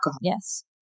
Yes